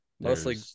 Mostly